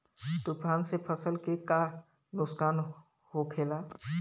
तूफान से फसल के का नुकसान हो खेला?